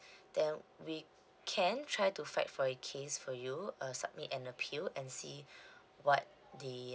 then we can try to fight for your case for you uh submit an appeal and see what the